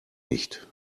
nicht